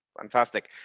Fantastic